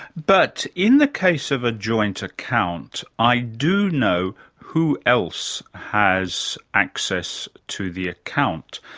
but in the case of a joint account, i do know who else has access to the account.